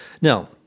Now